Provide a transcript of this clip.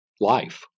life